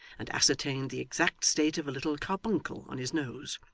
and ascertained the exact state of a little carbuncle on his nose.